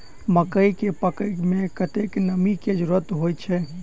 मकई केँ पकै समय मे कतेक नमी केँ जरूरत होइ छै?